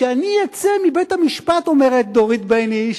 כשאני אצא מבית-המשפט, אומרת דורית בייניש,